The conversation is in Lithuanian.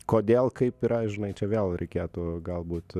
kodėl kaip yra žinai čia vėl reikėtų galbūt